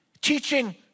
teaching